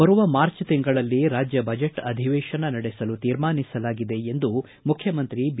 ಬರುವ ಮಾರ್ಚ್ ತಿಂಗಳಲ್ಲಿ ರಾಜ್ಯ ಬಜೆಟ್ ಅಧಿವೇಶನ ನಡೆಸಲು ತೀರ್ಮಾನಿಸಲಾಗಿದೆ ಎಂದು ಮುಖ್ಯಮಂತ್ರಿ ಬಿ